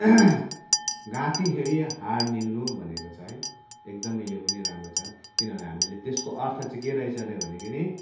घाँटी हेरी हाड निल्नु भनेको छ है एकदमै यो पनि राम्रो छ किनभने हामीले त्यसको अर्थ चाहिँ के रहेछ अरे भनेखेरि